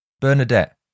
Bernadette